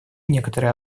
некоторые